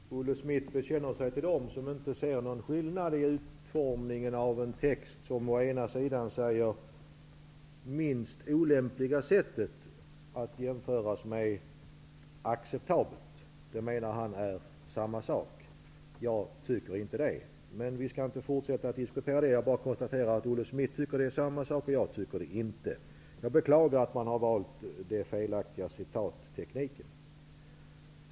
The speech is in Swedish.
Herr talman! Jag kan först konstatera att Olle Schmidt bekänner sig till dem som inte ser någon skillnad i utformningen av en text där det å ena sidan talas om det minst olämpliga sättet, vilket å andra sidan skall jämföras med ordet acceptabelt. Han menar att det är samma sak. Jag tycker inte det. Men vi skall inte fortsätta att diskutera det. Jag bara konstaterar att Olle Schmidt tycker att det är samma sak och att jag inte tycker det. Jag beklagar att denna felaktiga citatteknik har valts.